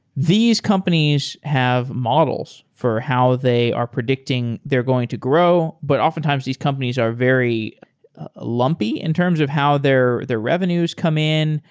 these companies have models for how they are predicting they're going to grow. but oftentimes these companies are very lumpy in terms of how their revenues come in,